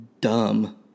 dumb